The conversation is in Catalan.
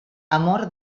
amor